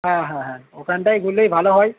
হ্যাঁ হ্যাঁ হ্যাঁ ওখানটায় গেলেই ভালো হয়